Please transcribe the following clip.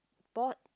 ball